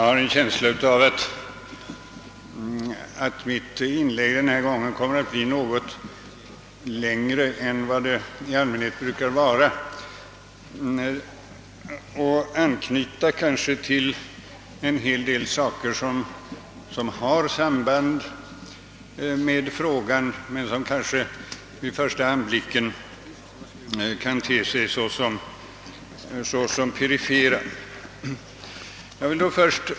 Herr talman! Mitt inlägg denna gång blir förmodligen något längre än mina anföranden i allmänhet brukar vara. Det kommer att knyta an till några sa ker som har samband med föreliggande fråga men som kanske vid första anblicken kan te sig litet perifera.